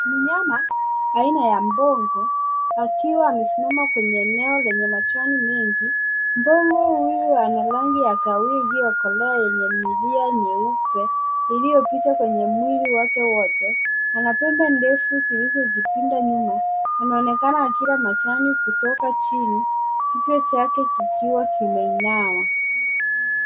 Mnyama aina ya mbogo akiwa amesimama kwenye eneo lenye majani mengi, mbogo huyu ana rangi ya kahawia iliyokolea enye milio nyeupe iliyopita kwenye mwili wake wote anapembe ndefu zilizojipinda nyuma, anaonekana akila majani kutoka chini kichwa chake kikiwa kimeinama.